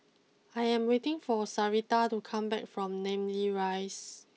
I am waiting for Sarita to come back from Namly Rise